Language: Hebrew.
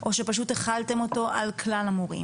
או שפשוט החלתם אותו על כלל המורים?